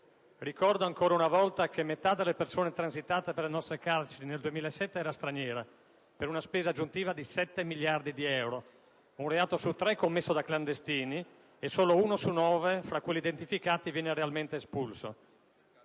Ricordo ancora una volta che metà delle persone transitate per le nostre carceri nel 2007 era straniera (equivalente ad una spesa aggiuntiva di 7 miliardi di euro), che un reato su tre è commesso da clandestini, dei quali solo uno su nove, fra quelli identificati, viene realmente espulso.